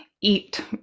eat